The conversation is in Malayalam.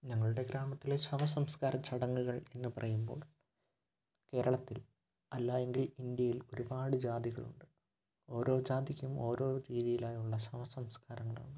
ഞങ്ങളുടെ ഗ്രാമത്തിലെ ശവസംസ്കാര ചടങ്ങുകൾ എന്ന് പറയുമ്പോൾ കേരളത്തിൽ അല്ലാ എങ്കിൽ ഇന്ത്യയിൽ ഒരുപാട് ജാതികളുണ്ട് ഓരോ ജാതിക്കും ഓരോ രീതിയിലായുള്ള ശവസംസ്കാരങ്ങളാണ്